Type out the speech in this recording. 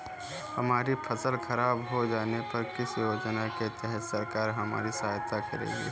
हमारी फसल खराब हो जाने पर किस योजना के तहत सरकार हमारी सहायता करेगी?